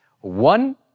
One